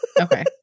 Okay